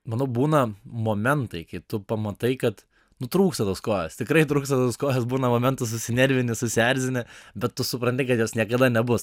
mano būna momentai kai tu pamatai kad nu trūksta tos kojos tikrai trūksta tos kojos būna momentų susinervinęs susierzini bet tu supranti kad jos niekada nebus